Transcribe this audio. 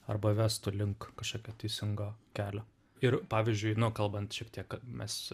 arba vestų link kažkokio teisingo kelio ir pavyzdžiui kalbant šiek tiek mes